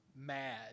mad